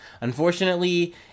Unfortunately